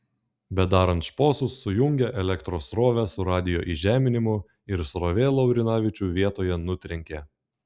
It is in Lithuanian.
bedarant šposus sujungė elektros srovę su radijo įžeminimu ir srovė laurinavičių vietoje nutrenkė